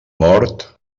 mort